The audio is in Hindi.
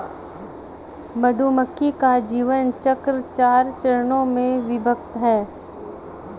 मधुमक्खी का जीवन चक्र चार चरणों में विभक्त है